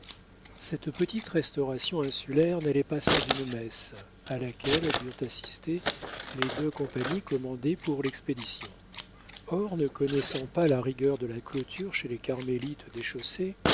cette petite restauration insulaire n'allait pas sans une messe à laquelle durent assister les deux compagnies commandées pour l'expédition or ne connaissant pas la rigueur de la clôture chez les carmélites